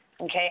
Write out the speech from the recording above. Okay